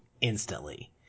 instantly